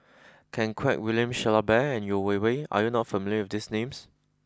Ken Kwek William Shellabear and Yeo Wei Wei are you not familiar with these names